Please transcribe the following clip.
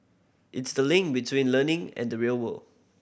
it's the link between learning and the real world